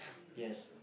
yes yes